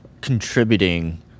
contributing